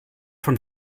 von